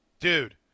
Dude